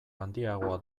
handiagoa